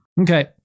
Okay